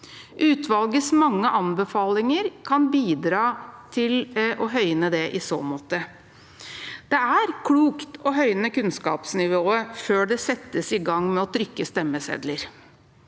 Utvalgets mange anbefalinger kan bidra til å høyne det i så måte. Det er klokt å høyne kunnskapsnivået før det settes i gang med å trykke stemmesedler.